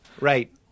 Right